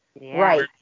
Right